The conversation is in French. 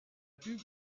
pub